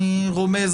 אני רומז,